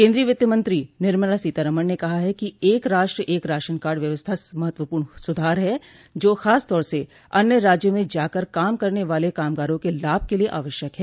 केन्द्रीय वित्तमंत्री निमला सीतारामन ने कहा कि एक राष्ट्र एक राशन कार्ड व्यवस्था महत्वपूर्ण सुधार है जो खासतौर से अन्य राज्यों में जाकर काम करने वाले कामगारों के लाभ के लिए आवश्यक है